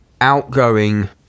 outgoing